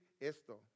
esto